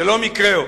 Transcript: שלא מקרה הוא